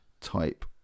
type